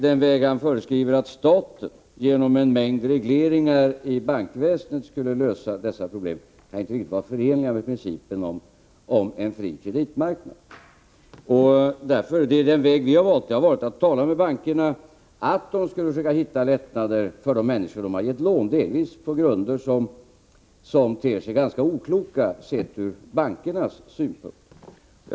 Den väg som han föreskriver — att staten genom en mängd regleringar inom bankväsendet skall lösa problemen — kan inte riktigt vara förenlig med principen om en fri kreditmarknad. Den väg vi valt har varit att tala med bankerna om att de skall försöka hitta lättnader för de människor som de beviljat lån, delvis på grunder som ter sig ganska okloka, sett ur bankernas synvinkel.